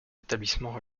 établissements